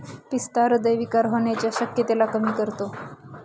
पिस्ता हृदय विकार होण्याच्या शक्यतेला कमी करतो